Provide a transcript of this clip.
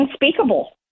unspeakable